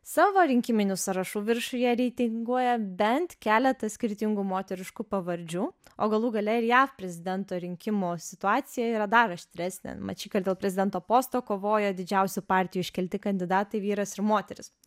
savo rinkiminių sąrašų viršuje reitinguoja bent keletą skirtingų moteriškų pavardžių o galų gale ir jav prezidento rinkimų situacija yra dar aštresnė mat šįkart dėl prezidento posto kovoja didžiausių partijų iškelti kandidatai vyras ir moteris